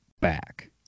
back